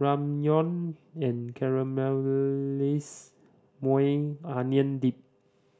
Ramyeon and Caramelized Maui Onion Dip